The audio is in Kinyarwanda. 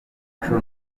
yacu